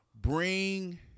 Bring